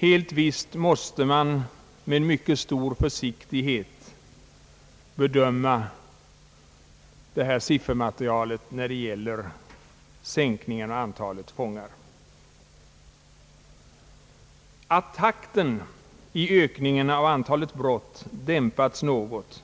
Helt visst måste man med mycket stor försiktighet bedöma detta siffermaterial i fråga om minskningen av antalet fångar. Att takten i ökningen av antalet brott dämpats något